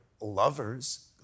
lovers